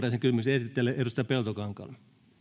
esittäjälle edustaja peltokankaalle